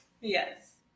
yes